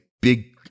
big